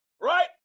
right